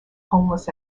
homeless